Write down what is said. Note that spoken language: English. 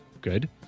good